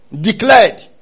declared